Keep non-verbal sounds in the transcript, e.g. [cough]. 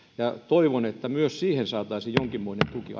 ja toivon että myös siihen saataisiin jonkinmoinen tuki [unintelligible]